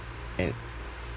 and